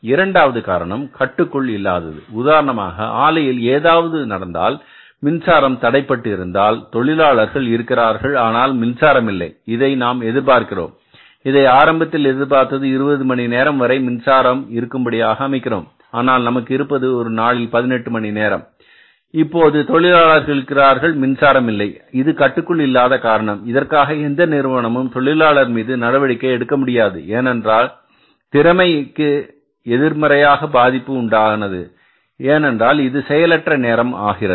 இரண்டாவது காரணம் கட்டுக்குள் இல்லாதது உதாரணமாக ஆலையில் ஏதாவது நடந்தால் மின்சாரம் தடைபட்டு இருந்தால் தொழிலாளர்கள் இருக்கிறார்கள் ஆனால் மின்சாரம் இல்லை இதை நாம் எதிர்பார்க்கிறோம் இதை ஆரம்பத்தில் எதிர்பார்த்து 20 மணி நேரம் வரை மின்சாரம் இருக்கும்படியாக அமைக்கிறோம் ஆனால் நமக்கு இருப்பது ஒரு நாளில் 18 மணி நேரம் இப்போது தொழிலாளர்கள் இருக்கிறார்கள் மின்சாரம் இல்லை இது கட்டுக்குள் இல்லாத காரணம் இதற்காக எந்த நிறுவனமும் தொழிலாளர் மீது நடவடிக்கை எடுக்க முடியாது ஏனென்றால் திறமை எதிர்மறையாக பாதிப்புக்கு உண்டானது ஏனென்றால் இது செயலற்ற நேரம் ஆகிறது